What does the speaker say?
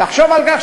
לחשוב על כך,